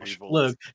Look